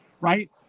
right